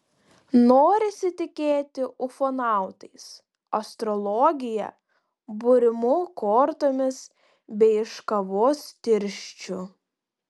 norisi tikėti ufonautais astrologija būrimu kortomis bei iš kavos tirščių